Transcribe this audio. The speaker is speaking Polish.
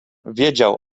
wiedział